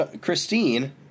Christine